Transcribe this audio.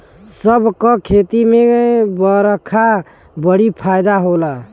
सब क खेती में बरखा बड़ी फायदा होला